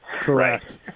Correct